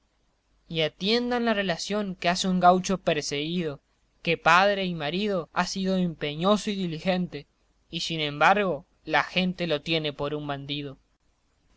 y atiendan la relación que hace un gaucho perseguido que padre y marido ha sido empeñoso y diligente y sin embargo la gente lo tiene por un bandido